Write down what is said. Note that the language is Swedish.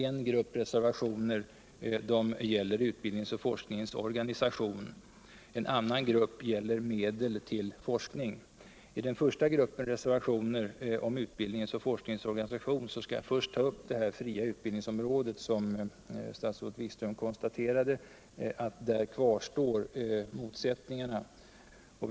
En grupp reservationer gäller utbildningens och forskningens organisatuion. En annan grupp gäller medel till forskning. I anslutning ull den första gruppen reservationer, om utbildningens och forskningens organisatation, skall jag tå upp det fria utbildningsområdet, där motsittningarna kvarstår, som statsrådet Wikström konstaterade.